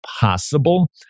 possible